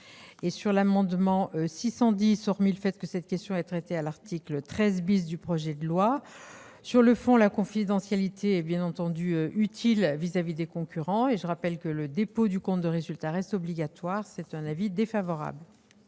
de l'amendement n° 610, hormis le fait que cette question est traitée à l'article 13 du projet de loi, sur le fond, la confidentialité est bien entendu utile à l'égard des concurrents et je rappelle que le dépôt du compte de résultat demeure obligatoire. L'avis est défavorable.